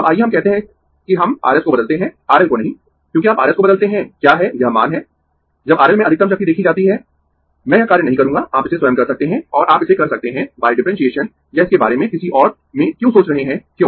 अब आइये हम कहते है कि हम R s को बदलते है RL को नहीं क्योंकि आप R s को बदलते है क्या है यह मान है जब R L में अधिकतम शक्ति देखी जाती है मैं यह कार्य नहीं करूँगा आप इसे स्वयं कर सकते है और आप इसे कर सकते है डिफ्रेंसिऐसन या इसके बारे में किसी और में क्यों सोच रहे है क्यों